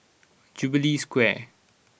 Jubilee Square